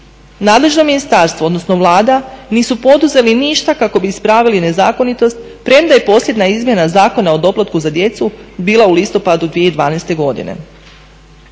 Nadležno ministarstvo, odnosno Vlada nisu poduzeli ništa kako bi ispravili nezakonitost, premda je posljednja izmjena zakona o doplatku za djecu bila u listopadu 2012. godine.